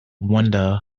window